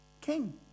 king